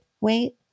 wait